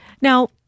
Now